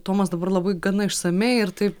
tomas dabar labai gana išsamiai ir taip